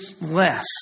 less